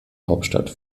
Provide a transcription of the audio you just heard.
hauptstadt